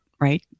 Right